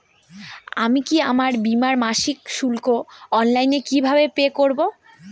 আমি কি আমার বীমার মাসিক শুল্ক অনলাইনে কিভাবে পে করব?